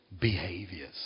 behaviors